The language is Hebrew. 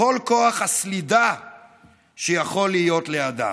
בכל כוח הסלידה שיכול להיות לאדם.